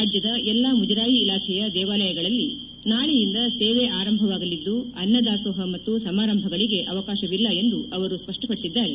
ರಾಜ್ಯದ ಎಲ್ಲ ಮುಜರಾಯಿ ಇಲಾಖೆಯ ದೇವಾಲಯಗಳಲ್ಲಿ ನಾಳೆಯಿಂದ ಸೇವೆ ಅರಂಭವಾಗಲಿದ್ದು ಅನ್ನದಾಸೋಹ ಮತ್ತು ಸಮಾರಂಭಗಳಿಗೆ ಅವಕಾಶವಿಲ್ಲ ಎಂದು ಅವರು ತಿಳಿಸಿದರು